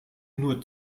nur